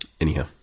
Anyhow